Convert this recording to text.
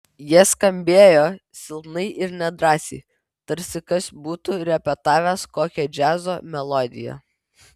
jie skambėjo silpnai ir nedrąsiai tarsi kas būtų repetavęs kokią džiazo melodiją